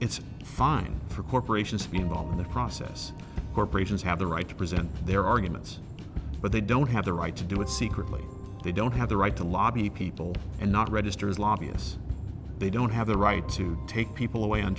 it's fine for corporations to be involved in the process corporations have the right to present their arguments but they don't have the right to do it secretly they don't have the right to lobby people and not registered lobbyists they don't have the right to take people away on